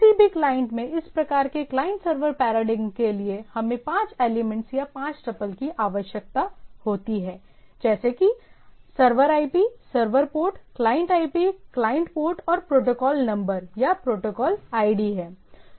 किसी भी क्लाइंट में इस प्रकार के क्लाइंट सर्वर पैराडिग्म के लिए हमें पांच एलिमेंट या पांच टपल की आवश्यकता होती है जैसे कि server IP server port client IP client port और प्रोटोकॉल नंबर या प्रोटोकॉल ID है